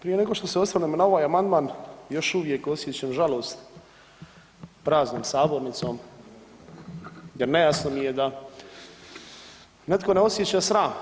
Prije nego što se osvrnem na ovaj amandman još uvijek osjećam žalost praznom sabornicom jer nejasno mi je da netko ne osjeća sram.